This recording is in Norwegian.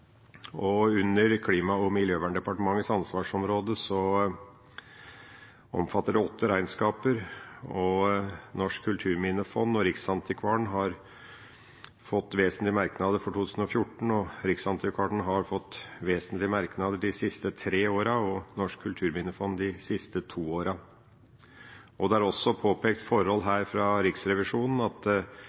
Klima- og miljødepartementets ansvarsområde omfatter åtte regnskaper, og Norsk Kulturminnefond og Riksantikvaren har fått vesentlige merknader for 2014. Riksantikvaren har fått vesentlige merknader de siste tre årene og Norsk Kulturminnefond de siste to årene. Det er også påpekt fra Riksrevisjonen at